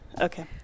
Okay